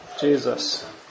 Jesus